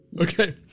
Okay